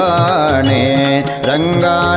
Ranga